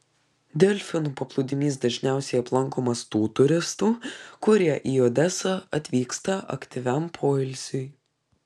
delfinų paplūdimys dažniausiai aplankomas tų turistų kurie į odesą atvyksta aktyviam poilsiui